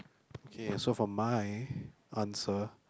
okay so for my answer